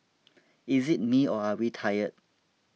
is it me or are we tired